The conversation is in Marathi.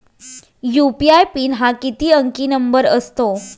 यू.पी.आय पिन हा किती अंकी नंबर असतो?